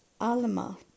Alma